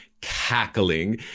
cackling